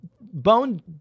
Bone